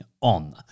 on